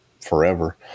forever